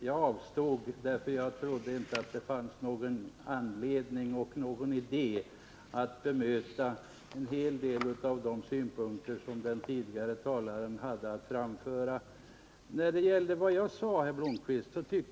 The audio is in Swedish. Jag avstod emellertid eftersom jag ansåg att det inte var någon idé att bemöta de synpunkter hos denne talare som jag i och för sig hade invändningar mot.